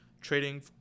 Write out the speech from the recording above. trading